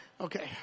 Okay